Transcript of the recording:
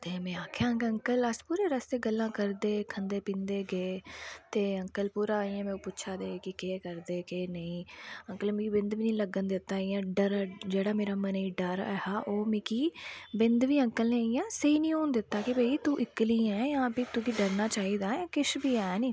ते में आक्खेआ अंकल अस पूरे रस्ते गल्ला करदे खंदे पींदे गे ते अंकल इंया पूरा पुच्छा दे की केह् करदे केह् नेईं अंकल मिगी बिंद बी निं पता लग्गन दित्ता की डर जेह्ड़ा मेरे मन ई डर ऐहा ओह् मिगी बिंद बी अंकल 'नै स्हेई निं होन दित्ता की भी तूं इक्कली ऐं जां भी तूगी डरना चाहिदा किश बी ऐ नी